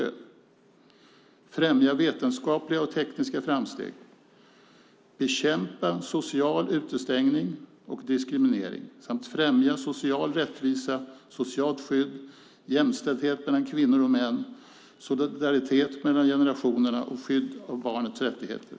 Vidare ska man främja vetenskapliga och tekniska framsteg, bekämpa social utestängning och diskriminering samt främja social rättvisa, socialt skydd, jämställdhet mellan kvinnor och män, solidaritet mellan generationerna och skydd av barnets rättigheter.